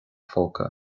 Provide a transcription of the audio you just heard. phóca